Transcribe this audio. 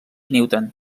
newton